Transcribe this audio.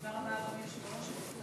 תודה רבה, אדוני היושב-ראש.